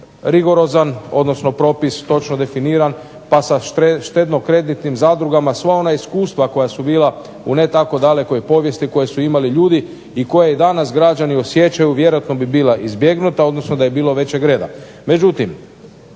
rigorozan, odnosno propis točno definiran pa sada štedno-kreditnim zadrugama sva iskustva koja su bila ne u tako daleko povijesti koje su imali ljudi i koje danas građani osjećaju vjerojatno bi bila izbjegnuta odnosno da je bilo većeg reda.